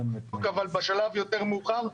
אבל בשלב יותר מאוחר.